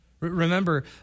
Remember